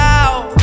out